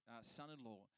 son-in-law